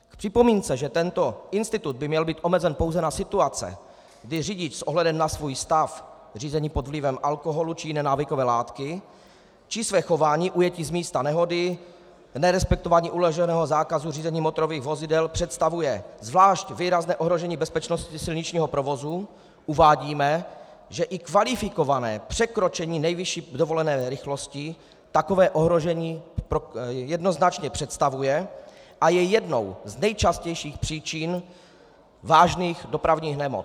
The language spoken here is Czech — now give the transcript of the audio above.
K připomínce, že tento institut by měl být omezen pouze na situace, kdy řidič s ohledem na svůj stav, např. řízení pod vlivem alkoholu či jiné návykové látky, či své chování, např. ujetí z místa nehody, nerespektování uloženého zákazu řízení motorových vozidel, představuje zvlášť výrazné ohrožení bezpečnosti silničního provozu, uvádíme, že i kvalifikované překročení nejvyšší dovolené rychlosti takové ohrožení jednoznačně představuje a je jednou z nejčastějších příčin vážných dopravních nehod.